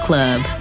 Club